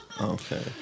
Okay